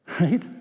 right